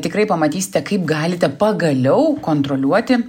tikrai pamatysite kaip galite pagaliau kontroliuoti